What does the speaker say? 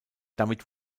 damit